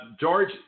George